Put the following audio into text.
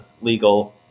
legal